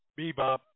bebop